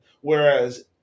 Whereas